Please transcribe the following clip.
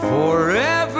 Forever